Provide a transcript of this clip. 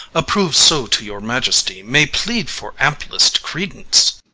approv'd so to your majesty, may plead for amplest credence.